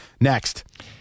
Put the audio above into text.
Next